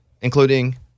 including